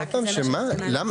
עוד פעם, למה?